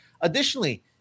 Additionally